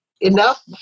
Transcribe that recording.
Enough